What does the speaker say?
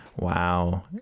Wow